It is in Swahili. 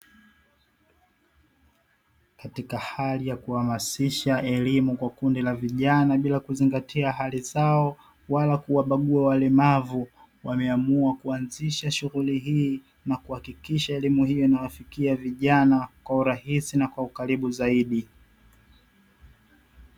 Katika hali ya kuhamasisha elimu kwa kundi la vijana bila kuzingatia hali zao, wala kuwabagua walemavu wameamua kuanzisha shughuli hii na kuhakikisha elimu hiyo inawafikia vijana kwa urahisi na kwa ukaribu zaidi.